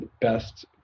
best